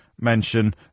mention